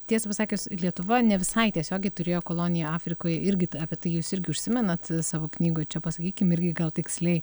tiesa pasakius lietuva ne visai tiesiogiai turėjo koloniją afrikoj irgit apie tai jūs irgi užsimenat savo knygoj čia pasakykim irgi gal tiksliai